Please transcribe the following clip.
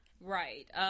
Right